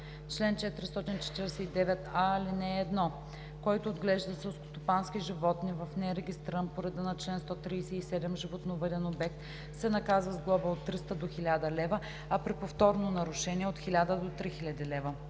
„Чл. 449а. (1) Който отглежда селскостопански животни в нерегистриран по реда на чл. 137 животновъден обект, се наказва с глоба от 300 до 1000 лв., а при повторно нарушение – от 1000 до 3000 лв.